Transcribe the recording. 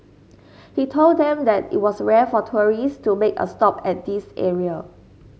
he told them that it was rare for tourists to make a stop at this area